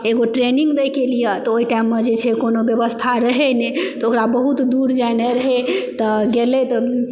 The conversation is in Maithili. एगो ट्रेनिंग दयके लियऽ तऽ ओहि टाइममे जे छै कोनो ब्यवस्था रहै नहि तऽ ओकरा बहुत दूर जेनाइ रहै तऽ गेलै तऽ